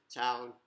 town